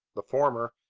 the former,